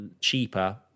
cheaper